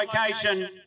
location